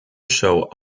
show